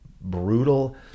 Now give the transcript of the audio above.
brutal